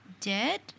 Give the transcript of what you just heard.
dead